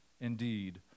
indeed